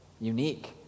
unique